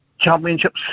Championships